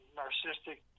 narcissistic